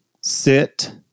sit